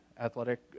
Athletic